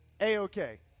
A-OK